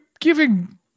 giving